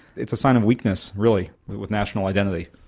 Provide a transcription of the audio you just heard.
it's a sign of weakness really with national identity.